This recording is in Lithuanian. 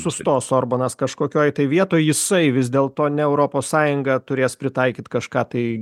sustos orbanas kažkokioj tai vietoj jisai vis dėlto ne europos sąjunga turės pritaikyt kažką tai